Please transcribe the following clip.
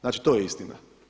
Znači, to je istina.